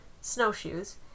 snowshoes